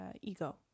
ego